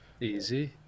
Easy